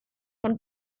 can